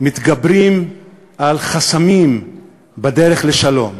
מתגברים על חסמים בדרך לשלום.